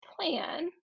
plan